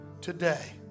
today